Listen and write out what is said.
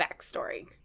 backstory